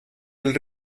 del